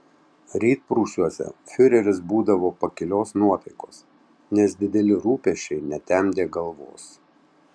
rytprūsiuose fiureris būdavo pakilios nuotaikos nes dideli rūpesčiai netemdė galvos